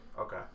Okay